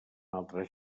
altres